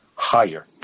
higher